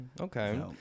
okay